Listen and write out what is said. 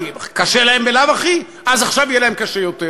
קשה להם בלאו-הכי, אז עכשיו יהיה להם קשה יותר,